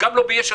ביש עתיד,